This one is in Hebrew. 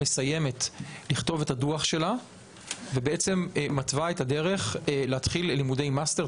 מסיימת לכתוב את הדוח שלה ומתווה את הדרך להתחיל לימודי מאסטר,